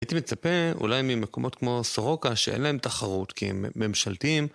הייתי מצפה אולי ממקומות כמו סורוקה שאין להם תחרות כי הם ממשלתיים.